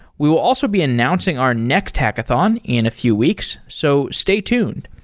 we will also be announcing our next hackathon in a few weeks. so stay tuned.